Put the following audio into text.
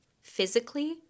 physically